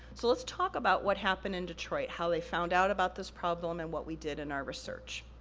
so let's talk about what happened in detroit, how they found out about this problem and what we did in our research.